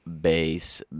bass